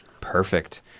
Perfect